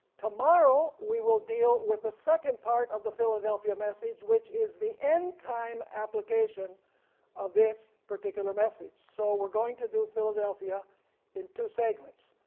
tomorrow we will deal with the second part of the philadelphia message which is the end time application of this particular message. so we're going to do philadelphia in two segments,